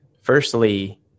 Firstly